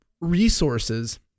resources